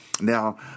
Now